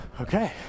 Okay